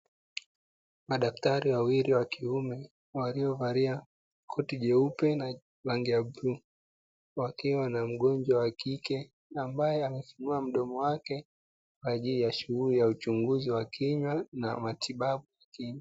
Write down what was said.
Madaktari wawili wa kiume waliovalia koti jeupe na rangi ya bluu, wakiwa na mgonjwa wa kike ambaye amefunua mdomo wake kwa ajili ya shughuli ya uchunguzi wa kinywa na matibabu ya kinywa.